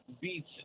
beats